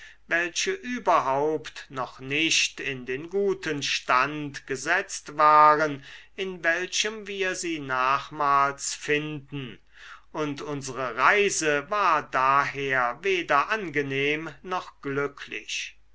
welche überhaupt noch nicht in den guten stand gesetzt waren in welchem wir sie nachmals finden und unsere reise war daher weder angenehm noch glücklich